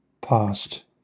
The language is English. past